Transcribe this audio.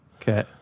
Okay